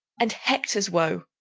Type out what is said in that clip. and hector's woe,